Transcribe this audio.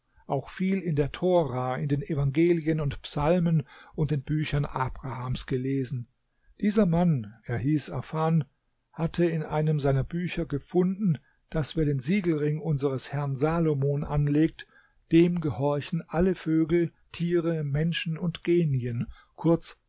auch viel in der tora in den evangelien und psalmen und den büchern abrahams gelesen dieser mann er hieß afan hatte in einem seiner bücher gefunden daß wer den siegelring unseres herrn salomon anlegt dem gehorchen alle vögel tiere menschen und genien kurz